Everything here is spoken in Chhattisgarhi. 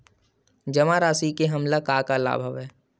जमा राशि ले हमला का का लाभ हवय?